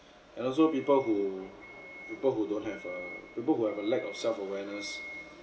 and also people who people who don't have err people who have a lack of self awareness